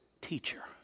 teacher